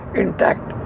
intact